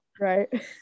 Right